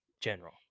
general